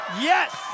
Yes